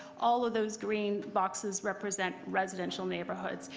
all of those green boxes represent residential neighbourhoods.